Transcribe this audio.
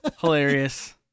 Hilarious